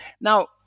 Now